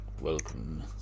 welcome